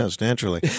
naturally